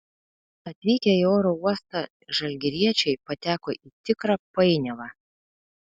atvykę į oro uostą žalgiriečiai pateko į tikrą painiavą